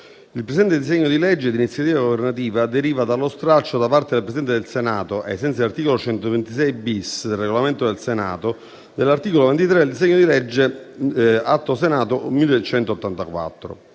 il presente disegno di legge di iniziativa governativa deriva dallo stralcio da parte della Presidente del Senato, ai sensi dell'articolo 126-*bis* del Regolamento del Senato, dell'articolo 23 del disegno di legge Atto Senato 1184,